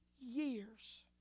years